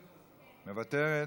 מוותרת,